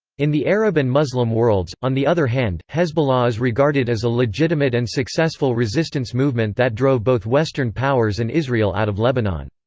in the arab and muslim worlds, on the other hand, hezbollah is regarded as a legitimate and successful resistance movement that drove both western powers and israel out of lebanon.